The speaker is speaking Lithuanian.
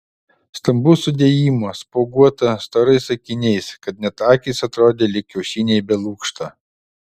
stambaus sudėjimo spuoguota storais akiniais kad net akys atrodė lyg kiaušiniai be lukšto